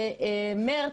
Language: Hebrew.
במרץ,